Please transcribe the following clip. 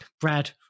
brad